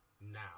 Now